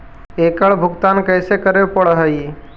एकड़ भुगतान कैसे करे पड़हई?